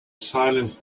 silence